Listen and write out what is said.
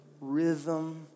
rhythm